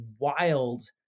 wild